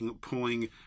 pulling